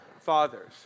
fathers